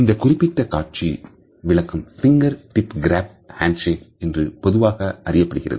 இந்த குறிப்பிட்ட காட்சி விளக்கம் fingertip grab hand shake என்று பொதுவாக அறியப்படுகிறது